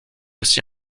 aussi